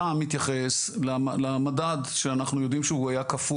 אתה מתייחס למדד שאנחנו יודעים שהוא היה קפוא